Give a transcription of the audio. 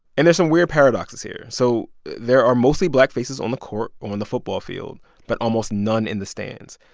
and there's some weird paradoxes here. so there are mostly black faces on the court or on the football field but almost none in the stands.